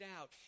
out